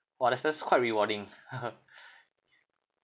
!wah! that's that's quite rewarding